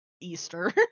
Easter